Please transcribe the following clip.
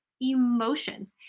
emotions